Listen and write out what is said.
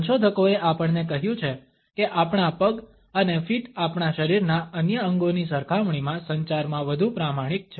સંશોધકોએ આપણને કહ્યું છે કે આપણા પગ અને ફીટ આપણા શરીરના અન્ય અંગોની સરખામણીમાં સંચારમાં વધુ પ્રામાણિક છે